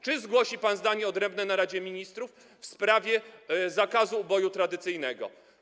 Czy zgłosi pan zdanie odrębne na posiedzeniu Rady Ministrów w sprawie zakazu uboju tradycyjnego?